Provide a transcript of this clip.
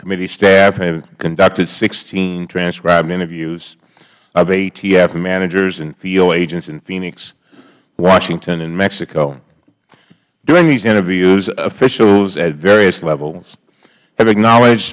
committee staff have conducted sixteen transcribed interviews of atf managers and field agents in phoenix washington and mexico during these interviews officials at various levels have acknowledge